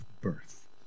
birth